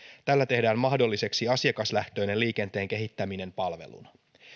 tällä tehdään mahdolliseksi asiakaslähtöinen liikenteen kehittäminen palveluna